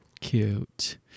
cute